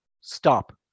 stop